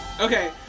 okay